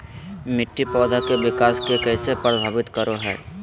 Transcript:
मिट्टी पौधा के विकास के कइसे प्रभावित करो हइ?